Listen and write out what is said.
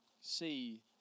see